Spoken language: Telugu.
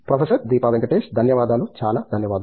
ప్రొఫెసర్ దీపా వెంకటేష్ ధన్యవాదాలు చాలా ధన్యవాదాలు